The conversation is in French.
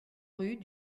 rue